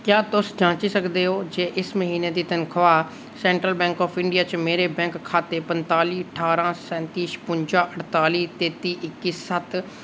क्या तुस जांची सकदे ओ कि इस म्हीने दी तनखाह् सैंट्रल बैंक आफ इंडिया च मेरे खाते पंजताली ठांरा सैंती छपुंजा अडताली तेत्ती इक्की सत्त